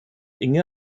inge